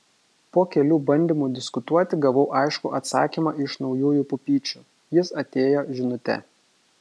po kelių bandymų diskutuoti gavau aiškų atsakymą iš naujųjų pupyčių jis atėjo žinute